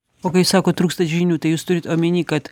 o kai sakot trūkstat žinių tai jūs turit omeny kad